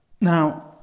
Now